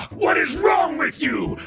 what is wrong with you?